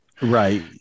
Right